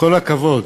כל הכבוד,